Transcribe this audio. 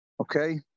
okay